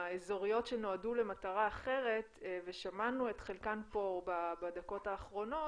האזוריות שנועדו למטרה אחרת ושמענו את חלקן פה בדקות האחרונות,